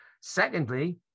secondly